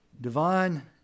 divine